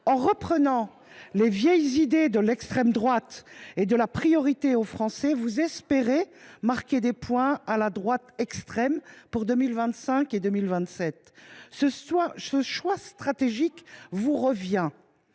En reprenant les vieilles idées de l’extrême droite, notamment celle d’accorder la priorité aux Français, vous espérez marquer des points à la droite extrême pour 2025 et 2027. Ce choix stratégique vous revient